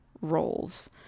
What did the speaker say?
roles